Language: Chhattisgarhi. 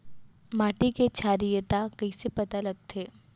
माटी के क्षारीयता कइसे पता लगथे?